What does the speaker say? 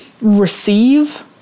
receive